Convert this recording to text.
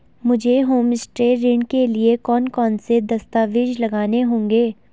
मुझे होमस्टे ऋण के लिए कौन कौनसे दस्तावेज़ लगाने होंगे?